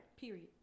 Period